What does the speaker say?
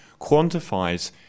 quantifies